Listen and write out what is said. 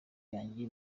yanjye